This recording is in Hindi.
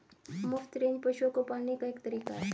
मुफ्त रेंज पशुओं को पालने का एक तरीका है